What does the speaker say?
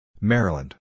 Maryland